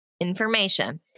information